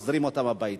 מחזירים אותם הביתה.